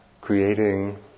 creating